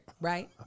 right